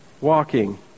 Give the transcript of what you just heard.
walking